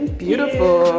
beautiful.